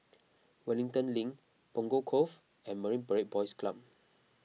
Wellington Link Punggol Cove and Marine Parade Boys Club